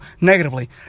negatively